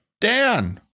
Dan